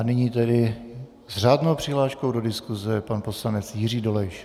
Nyní s řádnou přihláškou do diskuse pan poslanec Jiří Dolejš.